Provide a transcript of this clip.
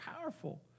powerful